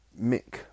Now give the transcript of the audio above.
Mick